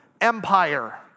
empire